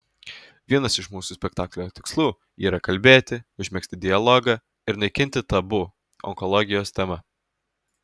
vienas iš mūsų spektaklio tikslų yra kalbėti užmegzti dialogą ir naikinti tabu onkologijos tema